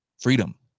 freedom